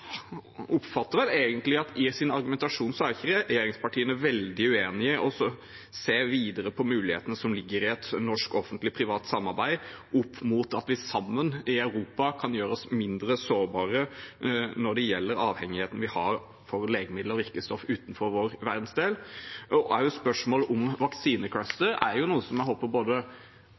oppfatter vel egentlig at regjeringspartiene i sin argumentasjon ikke er veldig uenige i å se videre på mulighetene som ligger i et norsk offentlig-privat samarbeid, sett opp mot at vi sammen i Europa kan gjøre oss mindre sårbare når det gjelder avhengigheten vi har av legemidler og virkestoffer utenfor vår verdensdel. Også spørsmålet om vaksinecluster er noe jeg håper både